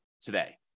today